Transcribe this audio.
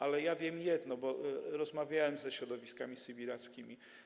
Ale wiem jedno, bo rozmawiałem ze środowiskami sybirackimi.